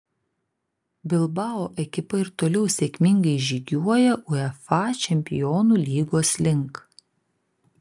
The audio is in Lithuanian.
bilbao ekipa ir toliau sėkmingai žygiuoja uefa čempionų lygos link